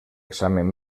examen